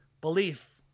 Belief